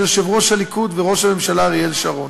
יושב-ראש הליכוד וראש הממשלה אריאל שרון.